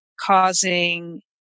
causing